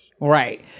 right